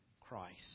Christ